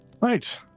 Right